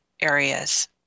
areas